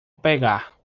pegar